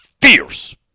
fierce